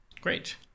great